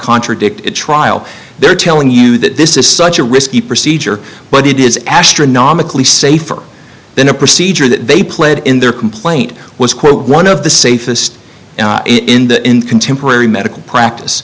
contradict trial they're telling you that this is such a risky procedure but it is astronomically safer than a procedure that they played in their complaint was quote one of the safest in the in contemporary medical practice